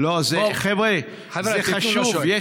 חבר'ה, זה חשוב.